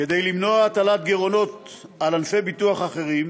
כדי למנוע הטלת גירעונות על ענפי ביטוח אחרים,